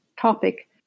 topic